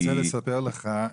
אני רוצה לספר לך,